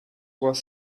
was